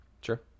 Sure